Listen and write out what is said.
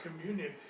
communion